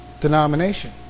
denomination